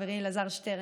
חברי אלעזר שטרן,